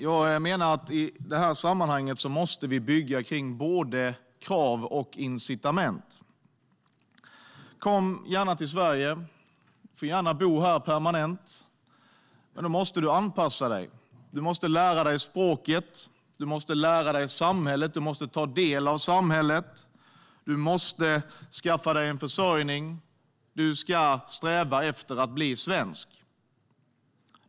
Jag menar att i detta sammanhang måste vi bygga med både krav och incitament. Kom gärna till Sverige. Du får gärna bo här permanent, men då måste du anpassa dig. Du måste lära dig språket, du måste lära dig samhället, du måste ta del av samhället och du måste skaffa dig en försörjning. Du ska sträva efter att bli svensk.